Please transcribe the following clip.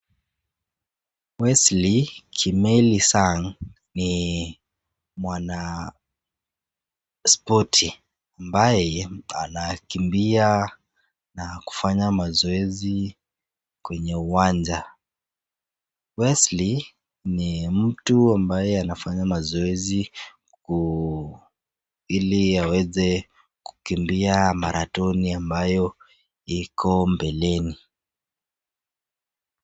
Wesley Kimeli Sang ni mwanaspoti ambaye anakimbia na kufanya mazoezi kwenye uwanja. Wesley ni mtu ambaye anafanya mazoezi ili kuweza kukimbia marathoni ambayo iko mbeleni.